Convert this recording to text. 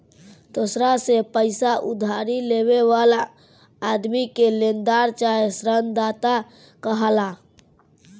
दोसरा से पईसा उधारी लेवे वाला आदमी के लेनदार चाहे ऋणदाता कहाला